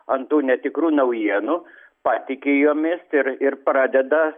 ant netikrų naujienų patiki jomis ir ir pradeda